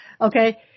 Okay